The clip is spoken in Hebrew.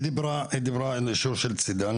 היא דיברה על אישור של צידה.